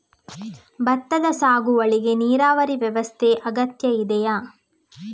ಭತ್ತದ ಸಾಗುವಳಿಗೆ ನೀರಾವರಿ ವ್ಯವಸ್ಥೆ ಅಗತ್ಯ ಇದೆಯಾ?